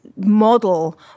Model